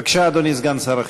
בבקשה, אדוני סגן שר החינוך.